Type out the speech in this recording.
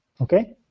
Okay